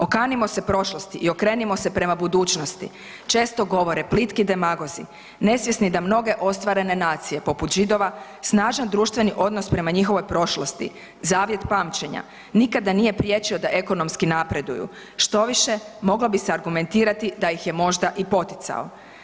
Okanimo se prošlosti i okrenimo se prema budućnosti često govore plitki demagozi nesvjesni da mnoge ostvarene nacija poput Židova snažan društveni odnos prema njihovoj prošlosti, zavjet pamćenja, nikada nije priječi da ekonomski napreduju štoviše moglo bi se argumentirati da ih je možda i poticao.